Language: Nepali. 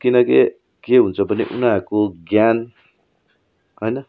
किनकि के हुन्छ भने उनीहरूको ज्ञान होइन